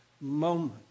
moment